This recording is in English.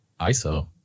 ISO